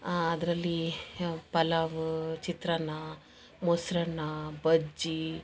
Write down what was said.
ಅದರಲ್ಲಿ ಪಲಾವು ಚಿತ್ರಾನ್ನ ಮೊಸರನ್ನ ಬಜ್ಜಿ